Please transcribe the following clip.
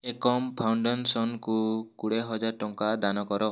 ଏକମ୍ ଫାଉଣ୍ଡେସନକୁ କୋଡ଼ିଏ ହଜାର ଟଙ୍କା ଦାନ କର